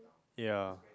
ya